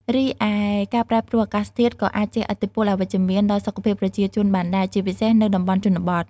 រីឯ ការប្រែប្រួលអាកាសធាតុ ក៏អាចជះឥទ្ធិពលអវិជ្ជមានដល់សុខភាពប្រជាជនបានដែរ ជាពិសេសនៅតំបន់ជនបទ។